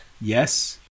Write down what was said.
yes